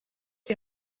die